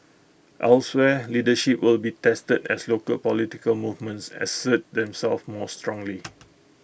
elsewhere leadership will be tested as local political movements assert themselves more strongly